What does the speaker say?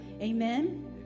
Amen